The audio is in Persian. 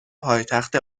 پایتخت